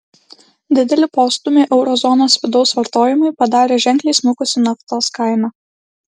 didelį postūmį euro zonos vidaus vartojimui padarė ženkliai smukusi naftos kaina